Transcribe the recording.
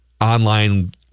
online –